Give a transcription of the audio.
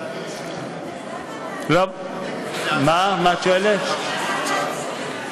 אז למה אתה עולה להציג?